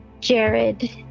Jared